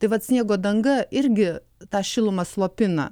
tai vat sniego danga irgi tą šilumą slopina